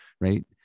right